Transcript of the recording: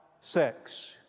sex